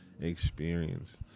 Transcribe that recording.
experience